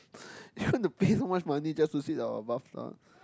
you want to pay so much money just to sit on a bath tub